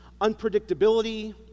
unpredictability